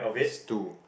there's two